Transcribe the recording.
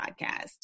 podcast